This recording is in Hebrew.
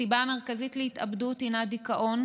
הסיבה המרכזית להתאבדות הינה דיכאון,